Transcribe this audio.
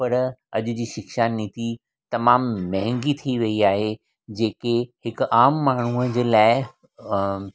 पर अॼु जी शिक्षा नीति तमामु महांगी थी वई आहे जेके हिक आम माण्हुअ जे लाइ अ